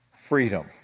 freedom